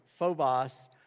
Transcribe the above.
phobos